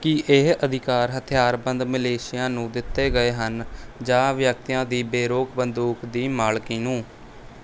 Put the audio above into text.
ਕੀ ਇਹ ਅਧਿਕਾਰ ਹਥਿਆਰਬੰਦ ਮਲੇਸ਼ੀਆਂ ਨੂੰ ਦਿੱਤੇ ਗਏ ਹਨ ਜਾਂ ਵਿਅਕਤੀਆਂ ਦੀ ਬੇਰੋਕ ਬੰਦੂਕ ਦੀ ਮਾਲ਼ਕੀ ਨੂੰ